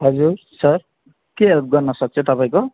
हजुर सर के हेल्प गर्नसक्छु तपाईँको